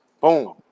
Boom